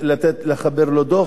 דוח, לא היתה שום ועדה.